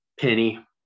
Penny